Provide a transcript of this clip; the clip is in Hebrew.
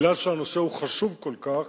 מכיוון שהנושא הוא חשוב כל כך,